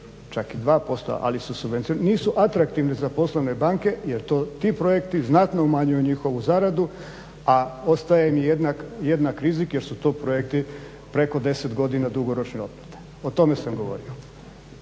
čak i 2% ali su subvencionirani, nisu atraktivni za poslovne banke jer ti projekti znatno umanjuju njihovu zaradu, a ostaje jednak rizik jer su to projekti preko 10 godina dugoročne otplate. O tome sam govorio.